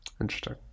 interesting